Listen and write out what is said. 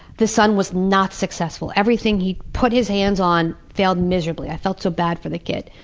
the son was not successful. everything he put his hands on failed miserably. i felt so bad for the kid.